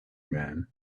man